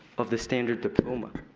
of the standard diploma?